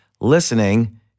listening